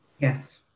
Yes